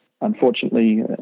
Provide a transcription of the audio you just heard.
unfortunately